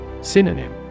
Synonym